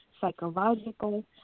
psychological